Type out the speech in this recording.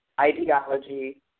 ideology